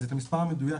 את המספר המדויק,